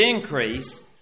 increase